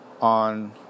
on